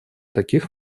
таких